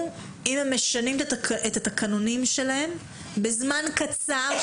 אם הם משנים את התקנונים שלהם בזמן קצר,